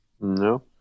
No